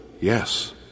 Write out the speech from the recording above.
Yes